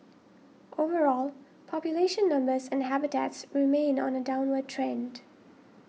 overall population numbers and habitats remain on a downward trend